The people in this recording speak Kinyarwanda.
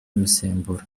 imisemburo